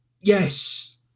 yes